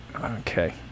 Okay